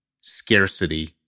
scarcity